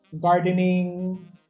gardening